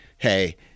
Hey